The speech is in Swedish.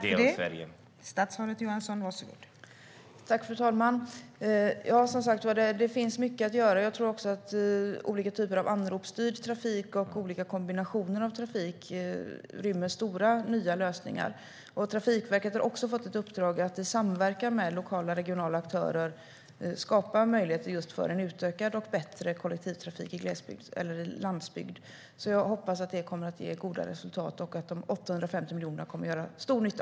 Fru talman! Det finns som sagt mycket att göra. Jag tror att olika typer av anropsstyrd trafik och kombinationer av trafik rymmer stora nya lösningar. Trafikverket har fått ett uppdrag att samverka med lokala och regionala aktörer och skapa möjligheter för en utökad och bättre kollektivtrafik på gles och landsbygden. Jag hoppas att det kommer att ge goda resultat och att de 850 miljonerna kommer att göra stor nytta.